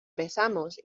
besamos